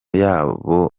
yabo